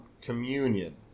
communion